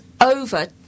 over